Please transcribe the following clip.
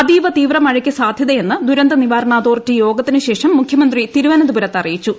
അതീവ് തീവ്രമഴക്ക് സാധ്യതയെന്ന് ദുരന്ത നിവാരണ അതോറിറ്റി യോഗത്തിന് ശേഷം മുഖ്യമന്ത്രി തിരുവനന്തപുരത്ത് അറിയിച്ചു